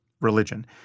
religion